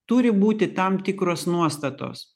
turi būti tam tikros nuostatos